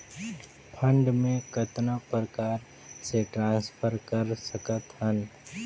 Fund मे कतना प्रकार से ट्रांसफर कर सकत हन?